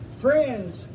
Friends